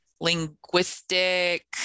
linguistic